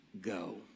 go